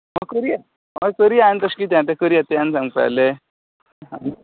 होय करयां होय करयां तर तें आनी तशें कितें आसा करया तें आनी सांगपा जालें